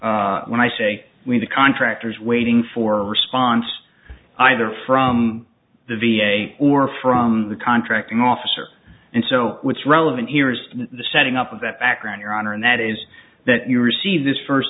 when i say we the contractors waiting for response either from the v a or from the contracting officer and so what's relevant here is the setting up of that background your honor and that is that you receive this first